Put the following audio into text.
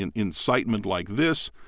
and incitement like this,